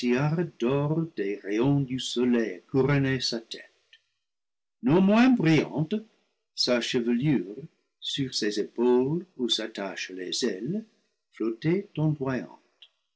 des rayons du soleil couronnait sa tête non moins brillante sa chevelure sur ses épaules où s'attachent des ailes flottait